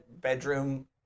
bedroom